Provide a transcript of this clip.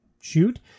shoot